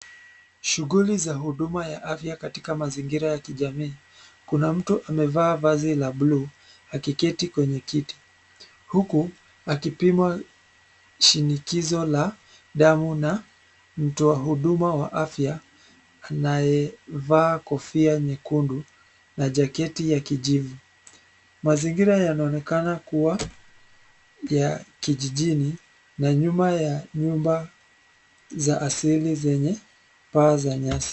Shughuli za huduma ya afya katika mazingira ya kijamii. Kuna mtu amevaa vazi la bluu, akiketi kwenye kiti, huku akipimwa shinikizo la damu na mtoa huduma wa afya anayevaa kofia nyekundu, na jaketi ya kijivu. Mazingira yanaonekana kuwa ya kijijini, na nyuma ya nyumba za asili zenye paa za nyasi.